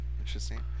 Interesting